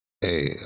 Hey